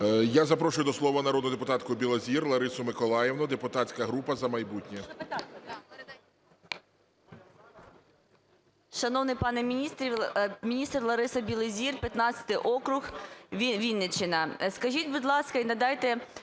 Я запрошую до слова народну депутатку Білозір Ларису Миколаївну, депутатська група "За майбутнє".